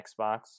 Xbox